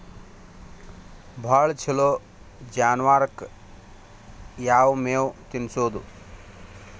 ಭಾಳ ಛಲೋ ಜಾನುವಾರಕ್ ಯಾವ್ ಮೇವ್ ತಿನ್ನಸೋದು?